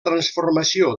transformació